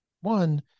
one